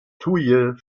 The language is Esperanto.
tuje